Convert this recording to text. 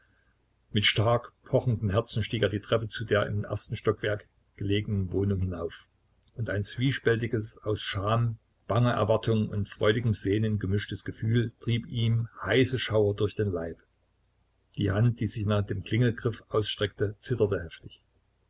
mit stark pochendem herzen stieg er die treppe zu der im ersten stockwerk gelegenen wohnung hinauf und ein zwiespältiges aus scham banger erwartung und freudigem sehnen gemischtes gefühl trieb ihm heiße schauer durch den leib die hand die sich nach dem klingelgriff ausstreckte zitterte heftig